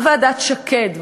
גם ועדת שקד,